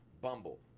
Bumble